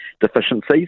deficiencies